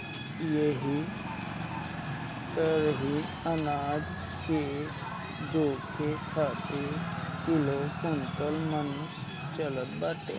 एही तरही अनाज के जोखे खातिर किलो, कुंटल, मन चलत बाटे